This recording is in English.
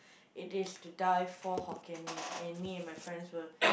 it is to die for Hokkien-Mee and me and my friends will